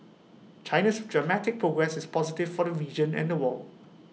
China's dramatic progress is positive for the region and the world